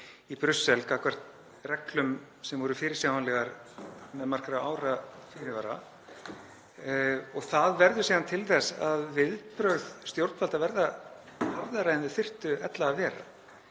í Brussel gagnvart reglum sem voru fyrirsjáanlegar með margra ára fyrirvara. Það verður síðan til þess að viðbrögð stjórnvalda verða harðari en þau þyrftu ella að vera.